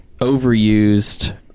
overused